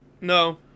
No